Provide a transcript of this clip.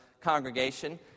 congregation